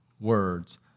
words